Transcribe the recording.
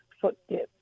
footsteps